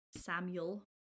samuel